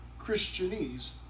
Christianese